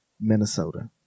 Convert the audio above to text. Minnesota